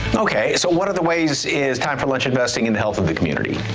ok so one of the ways is time for lunch investing in the health of the community.